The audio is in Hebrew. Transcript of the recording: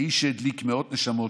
האיש שהדליק מאות נשמות,